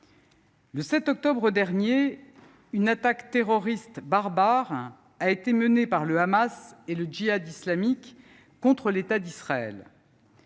Le 7 octobre dernier, une attaque terroriste barbare a été menée par le Hamas et le Djihad islamique contre l’État d’Israël.